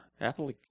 apple